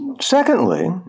Secondly